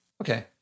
Okay